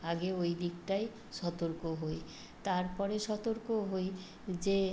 আগে ওই দিকটাই সতর্ক হই তারপরে সতর্ক হই যে